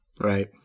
Right